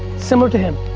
similar to him,